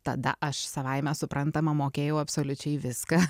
tada aš savaime suprantama mokėjau absoliučiai viską